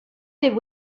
did